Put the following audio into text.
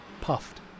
puffed